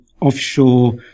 offshore